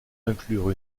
inclure